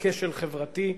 בכשל חברתי,